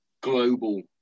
global